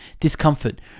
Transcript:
Discomfort